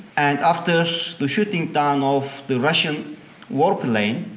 and after the shooting down of the russian warplane,